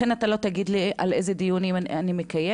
לכן, אתה לא תגיד לי איזה דיונים אני מקיימת.